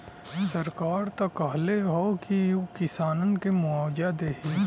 सरकार त कहले हौ की उ किसानन के मुआवजा देही